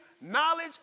knowledge